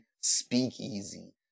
speakeasy